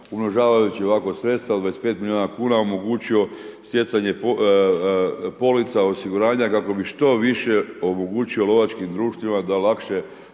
umnožavajući ovako sredstva od 25 milijuna kuna omogućio stjecanje polica osiguranja kako bi što više omogućio lovačkim društvima da lakše